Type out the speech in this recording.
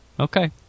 Okay